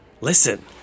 Listen